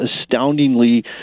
astoundingly